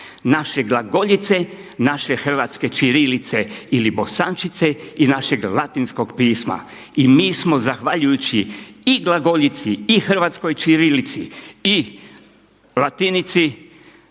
naše glagoljice, naše hrvatske ćirilice ili bosančiće i našeg latinskog pisma. I mi smo zahvaljujući i glagoljici i hrvatskoj ćirilici i latinici,